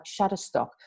Shutterstock